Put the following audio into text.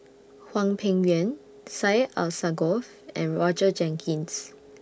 Hwang Peng Yuan Syed Alsagoff and Roger Jenkins